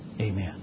amen